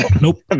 Nope